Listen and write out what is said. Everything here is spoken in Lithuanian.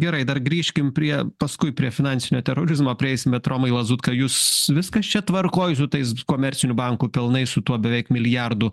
gerai dar grįžkim prie paskui prie finansinio terorizmo prieisim bet romai lazutka jūs viskas čia tvarkoj su tais komercinių bankų pelnais su tuo beveik milijardu